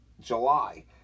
July